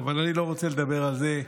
אני לא רוצה לדבר על זה.